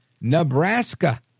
Nebraska